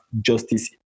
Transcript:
justice